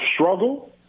struggle